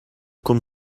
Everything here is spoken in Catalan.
com